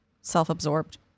self-absorbed